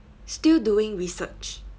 still doing research